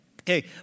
Okay